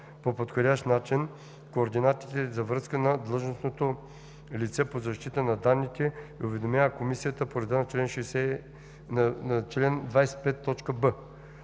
по подходящ начин координатите за връзка на длъжностното лице по защита на данните и уведомява комисията по реда на чл. 25б.